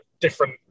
different